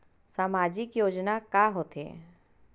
सामाजिक योजना का होथे?